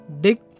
dig